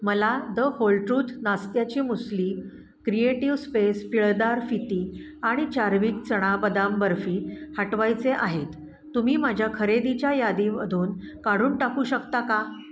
मला the whole truth नाश्त्याची muesli creative space पिळदार फिती आणि चार्विक चणा बदाम बर्फी हटवायचे आहेत तुम्ही माझ्या खरेदीच्या यादीमधून काढून टाकू शकता का